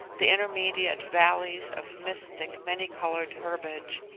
the intermediate valleys of mystic many-coloured herbiage,